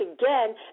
again